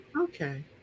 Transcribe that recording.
Okay